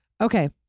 Okay